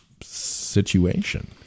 situation